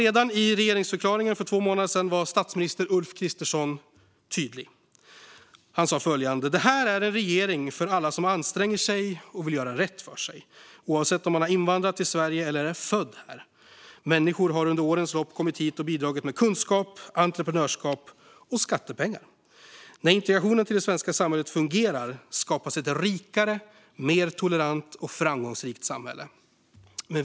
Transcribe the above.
Redan i regeringsförklaringen för två månader sedan var statsminister Ulf Kristersson tydlig. Han sa: "Det här är en regering för alla som anstränger sig och för alla som vill göra rätt för sig, oavsett om man har invandrat till Sverige eller om man är född här. Människor har under årens lopp kommit hit och bidragit med kunskap, entreprenörskap och skattepengar. När integrationen till det svenska samhället fungerar skapas ett rikare, tolerantare och mer framgångsrikt samhälle. Men .